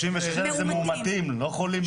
לא, 36,000 זה מאומתים, לא 36,000 בבתי חולים.